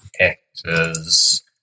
actors